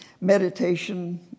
meditation